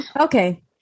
okay